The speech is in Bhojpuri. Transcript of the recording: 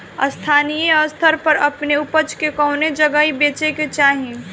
स्थानीय स्तर पर अपने ऊपज के कवने जगही बेचे के चाही?